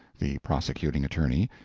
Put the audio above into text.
the prosecuting attorney,